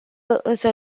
însă